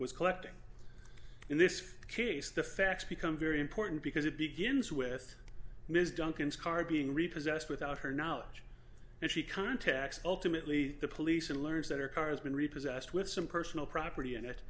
was collecting in this case the facts become very important because it begins with ms duncan's car being repossessed without her knowledge and she contacts ultimately the police and learns that her car has been repossessed with some personal property in it